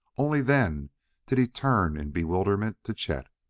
only then did he turn in bewilderment to chet.